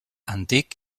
antic